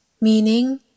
meaning